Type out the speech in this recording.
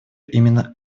именно